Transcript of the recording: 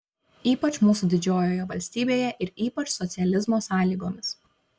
ypač mūsų didžiojoje valstybėje ir ypač socializmo sąlygomis